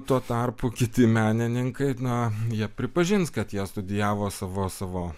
tuo tarpu kiti menininkai na jie pripažins kad jie studijavo savo savo